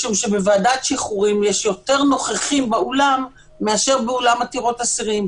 משום שבוועדת שחרורים יש יותר נוכחים באולם מאשר באולם עתירות אסירים.